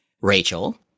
Rachel